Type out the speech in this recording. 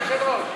אדוני היושב-ראש,